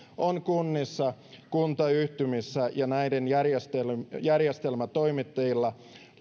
on kunnissa kuntayhtymissä ja näiden järjestelmätoimittajilla